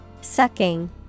Sucking